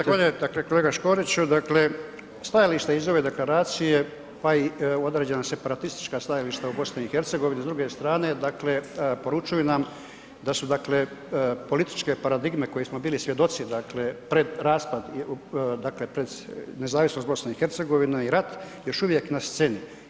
Zahvaljujem dakle kolega Škoriću, dakle stajalište iz ove deklaracije pa i određena separatistička stajališta u BiH s druge strane dakle poručuju nam da su dakle političke paradigme kojih smo bili svjedoci dakle pred raspad dakle pred nezavisnost BiH i rat još uvijek na sceni.